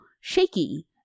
shaky